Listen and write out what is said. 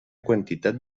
quantitat